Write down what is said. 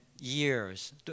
years